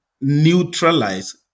neutralize